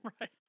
Right